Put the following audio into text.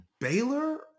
Baylor